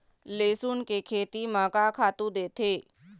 लेसुन के खेती म का खातू देथे?